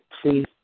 please